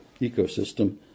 ecosystem